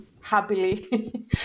happily